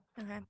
okay